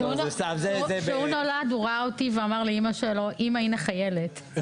ואתה עוסק בעניין הזה כאן אני שמח שאתה לא מצביע היום.